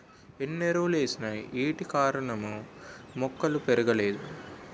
ఎన్నెరువులేసిన ఏటికారణమో మొక్కలు పెరగలేదు